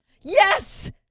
Yes